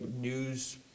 news